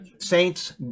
Saints